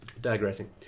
digressing